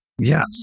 yes